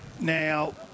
Now